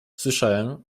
słyszałem